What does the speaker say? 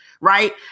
Right